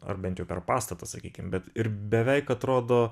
ar bent jau per pastatą sakykim bet ir beveik atrodo